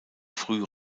früh